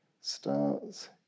starts